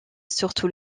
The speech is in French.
surtout